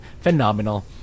phenomenal